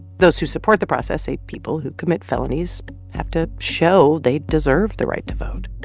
those who support the process say people who commit felonies have to show they deserve the right to vote